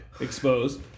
exposed